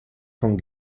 von